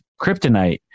kryptonite